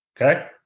Okay